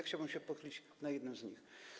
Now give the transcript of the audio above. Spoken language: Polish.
Chciałbym się pochylić nad jednym z nich.